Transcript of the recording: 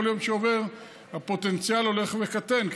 כל יום שעובר הפוטנציאל הולך וקטן,